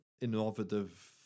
innovative